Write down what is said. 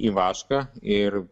į vašką ir